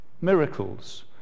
miracles